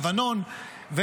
לבנון,